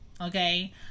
Okay